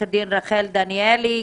עורכת דין רחל דניאלי.